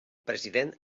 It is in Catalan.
president